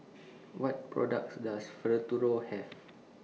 What products Does Have